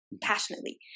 passionately